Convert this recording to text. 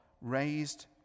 raised